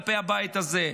כלפי הבית הזה,